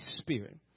Spirit